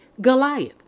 Goliath